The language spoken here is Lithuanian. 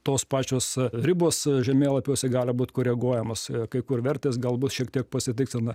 tos pačios ribos žemėlapiuose gali būt koreguojamos kai kur vertės galbūt šiek tiek pasitikslina